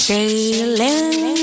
Sailing